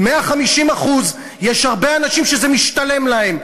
150%. יש הרבה אנשים שזה משתלם להם.